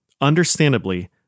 Understandably